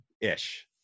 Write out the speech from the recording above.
ish